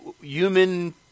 human